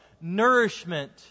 nourishment